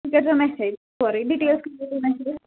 کٔرزیو message message